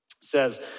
says